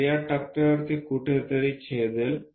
तर या टप्प्यावर ते कुठेतरी छेदेल